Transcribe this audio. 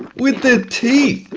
with their teeth.